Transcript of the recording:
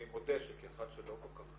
מודה שכאחד שלא כל כך